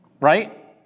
right